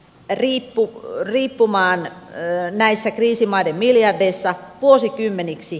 eri puku riippumaan yön näissä kriisimaiden miljardeissa vuosikymmeniksi